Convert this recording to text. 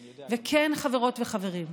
וכן, חברות וחברים,